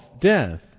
death